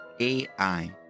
AI